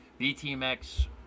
BTMX